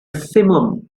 simum